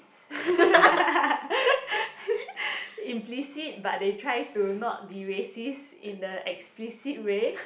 implicit but they try to not be racist in the explicit way